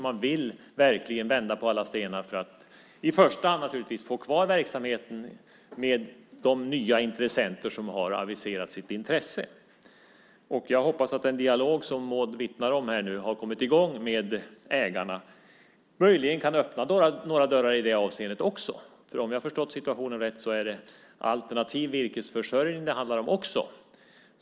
Man vill verkligen vända på alla stenar för att i första hand naturligtvis få ha kvar verksamheten med de nya intressenterna. Jag hoppas att den dialog som Maud vittnar om har kommit i gång med ägarna möjligen kan öppna några dörrar i det avseendet också. Om jag har förstått situationen rätt är det alternativ virkesförsörjning det handlar om också.